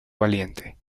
valiente